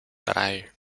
drei